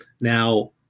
Now